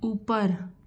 ऊपर